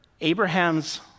Abraham's